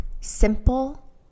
simple